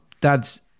dad's